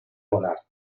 volar